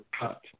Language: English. cut